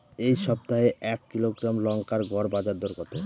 এই সপ্তাহে এক কিলোগ্রাম লঙ্কার গড় বাজার দর কত?